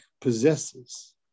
possesses